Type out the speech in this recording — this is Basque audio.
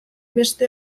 beste